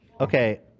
okay